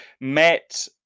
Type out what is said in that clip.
met